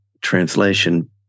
translation